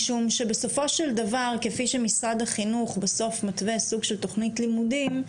משום שבסופו של דבר כפי שמשרד החינוך בסוף מתווה סוג של תוכנית לימודים,